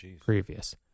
previous